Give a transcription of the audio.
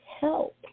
help